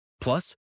Plus